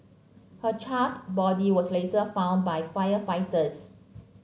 her charred body was later found by firefighters